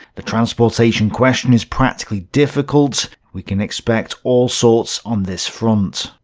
the transportation question is particularly difficult. we can expect all sorts on this front,